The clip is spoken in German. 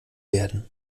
werden